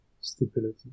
stability